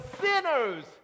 sinners